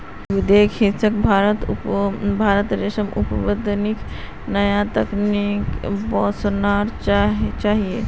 विदेशेर हिस्सा भारतत रेशम उत्पादनेर नया तकनीक वसना चाहिए